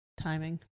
Timing